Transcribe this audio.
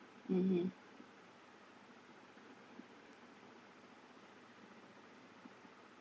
(uh huh)